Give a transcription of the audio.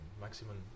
Maximum